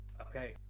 Okay